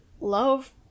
love